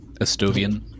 Estovian